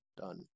done